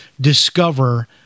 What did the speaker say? discover